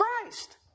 Christ